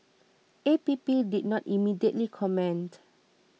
A P P did not immediately comment